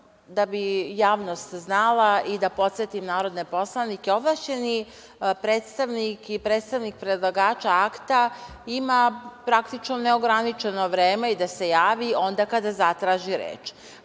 da bi javnost znala i da podsetim narodne poslanike, ovlašćeni predstavnik i predstavnik predlagača akta ima praktično neograničeno vreme i da se javi onda kada zatraži reč,